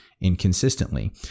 inconsistently